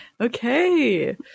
Okay